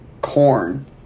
corn